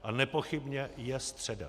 A nepochybně je středa.